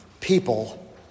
people